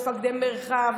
מפקדי מרחב,